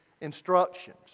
instructions